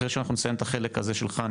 אחרי שאנחנו מסיימים את החלק הזה שלך,